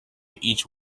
each